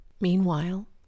Meanwhile